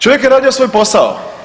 Čovjek je radio svoj posao.